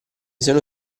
sono